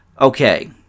Okay